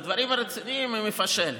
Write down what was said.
בדברים הרציניים היא מפשלת.